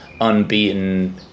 unbeaten